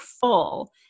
full